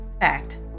fact